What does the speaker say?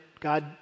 God